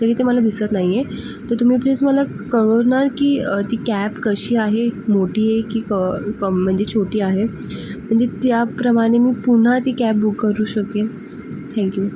तरी ते मला दिसत नाही आहे तर तुम्ही प्लीज मला कळवणार की ती कॅप कशी आहे मोठी आहे की क कम म्हणजे छोटी आहे म्हणजे त्याप्रमाणे मी पुन्हा ती कॅब बुक करू शकेन थँक्यू